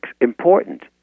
important